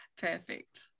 Perfect